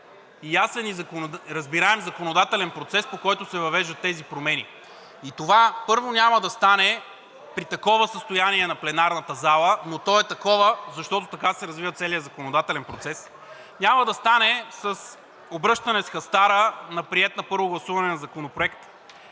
– ясен и разбираем законодателен процес, по който се въвеждат тези промени. Това няма да стане при такова състояние на пленарната зала, но то е такова, защото така се развива целият законодателен процес. Няма да стане с обръщане с хастара на приет на първо гласуване законопроект.